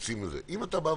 אם אתה אומר: